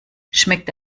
schmeckt